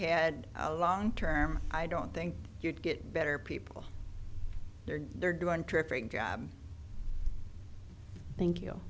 had a long term i don't think you'd get better people there they're doing terrific job thank you